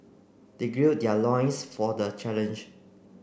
they gird their loins for the challenge